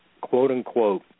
quote-unquote